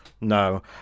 No